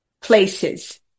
places